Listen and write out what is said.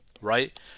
right